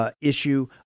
Issue